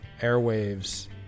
airwaves